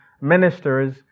ministers